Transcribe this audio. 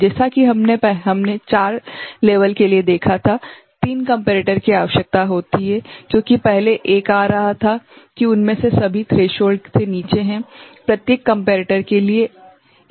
जैसा कि हमने 4 स्तरों के लिए देखा है 3 कम्पेरेटर की आवश्यकता होती है क्योंकि पहले एक आ रहा था कि उनमें से सभी थ्रेशोल्ड से नीचे हैं प्रत्येक कम्पेरेटर के लिए